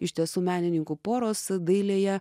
iš tiesų menininkų poros dailėje